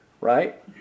Right